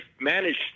managed –